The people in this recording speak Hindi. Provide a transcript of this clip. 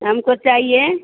हमको चाहिए